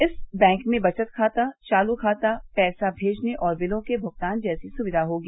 इस बैंक में बचत खाता चालू खाता पैसे मेजने और बिलों के भुगतान जैसी सुविधा होगी